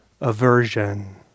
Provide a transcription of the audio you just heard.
aversion